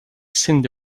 cyndi